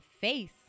face